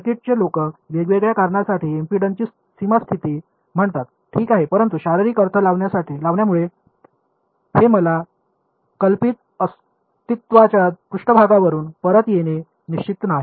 सर्किटचे लोक वेगवेगळ्या कारणांसाठी इम्पेडन्सची सीमा स्थिती म्हणतात ठीक आहे परंतु शारीरिक अर्थ लावण्यामुळे हे मला कल्पित अस्तित्वाच्या पृष्ठभागावरुन परत येणे इच्छित नाही